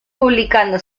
publicando